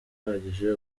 ahagije